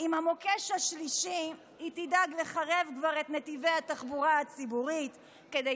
עם המוקש השלישי היא תדאג כבר לחרב את נתיבי התחבורה הציבורית כדי